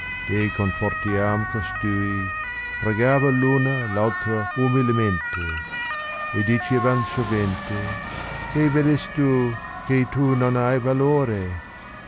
deh confortiam costui pregava v una p altra umilemente e diceva n sovente ghe vedestu che tu non hai valore